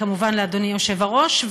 כמובן לאדוני היושב-ראש.